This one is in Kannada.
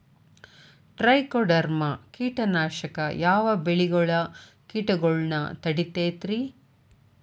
ಟ್ರೈಕೊಡರ್ಮ ಕೇಟನಾಶಕ ಯಾವ ಬೆಳಿಗೊಳ ಕೇಟಗೊಳ್ನ ತಡಿತೇತಿರಿ?